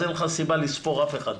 אז אין לך סיבה לספור אף אחד.